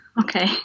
Okay